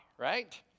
right